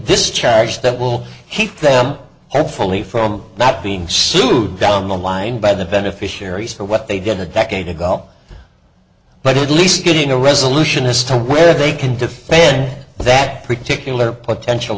this charge that will keep them hopefully from not being sued down the line by the beneficiaries for what they did a decade ago but at least getting a resolution is to where they can defend that particular potential